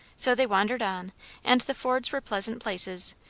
so they wandered on and the fords were pleasant places,